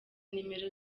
nimero